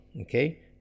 Okay